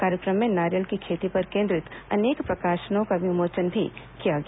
कार्यक्रम में नारियल की खेती पर केन्द्रित अनेक प्रकाशनों का विमोचन भी किया गया